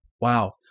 Wow